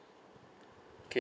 K